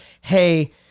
Hey